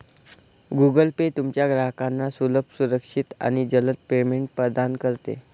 Google pay तुमच्या ग्राहकांना सुलभ, सुरक्षित आणि जलद पेमेंट प्रदान करते